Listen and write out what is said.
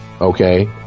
okay